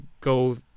go